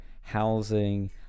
housing